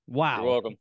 Wow